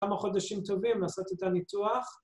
‫כמה חודשים טובים לעשות את הניתוח.